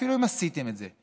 אפילו אם עשיתם את זה,